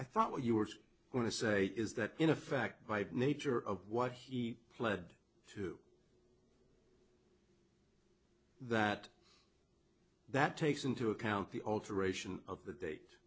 i thought you were going to say is that in effect by nature of what he pled to that that takes into account the alteration of the date